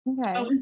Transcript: Okay